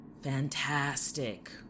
Fantastic